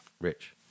Rich